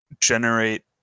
generate